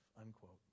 unquote